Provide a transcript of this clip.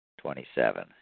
Twenty-seven